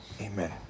Amen